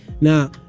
now